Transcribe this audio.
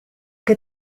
qué